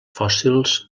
fòssils